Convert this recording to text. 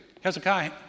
Hezekiah